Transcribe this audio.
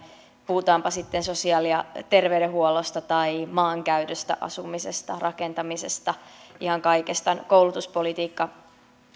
puhutaanpa sitten sosiaali ja terveydenhuollosta tai maankäytöstä asumisesta rakentamisesta ihan kaikesta koulutuspolitiikasta